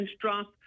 drop